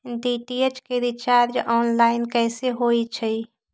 DTH के recharge online कैसे होईछई?